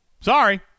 Sorry